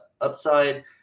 upside